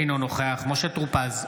אינו נוכח משה טור פז,